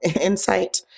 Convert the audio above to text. insight